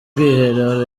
bwiherero